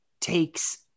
takes